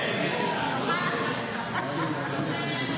כהצעת הוועדה